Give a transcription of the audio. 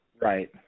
Right